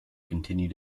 continue